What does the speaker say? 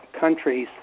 countries